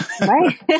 Right